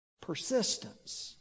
persistence